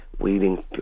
weeding